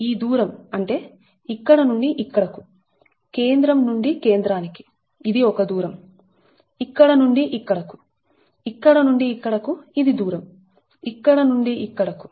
ఈ దూరం అంటే ఇక్కడ నుండి ఇక్కడకు కేంద్రం నుండి కేంద్రానికి ఇది ఒక దూరం ఇక్కడ నుండి ఇక్కడకుఇక్కడ నుండి ఇక్కడకు ఇది దూరంఇక్కడ నుండి ఇక్కడకు